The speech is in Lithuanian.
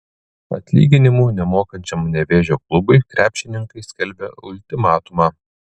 atlyginimų nemokančiam nevėžio klubui krepšininkai skelbia ultimatumą